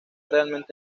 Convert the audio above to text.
realmente